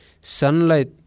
sunlight